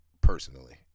personally